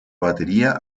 batería